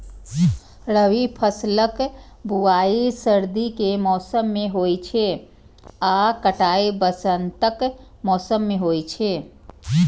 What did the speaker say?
रबी फसलक बुआइ सर्दी के मौसम मे होइ छै आ कटाइ वसंतक मौसम मे होइ छै